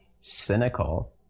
cynical